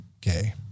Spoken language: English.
gay